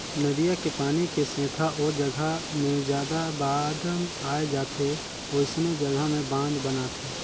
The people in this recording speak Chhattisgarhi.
नदिया के पानी के सेथा ओ जघा मे जादा बाद आए जाथे वोइसने जघा में बांध बनाथे